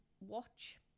watch